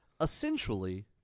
Essentially